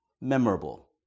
memorable